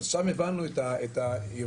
שם הבנו את האירוע,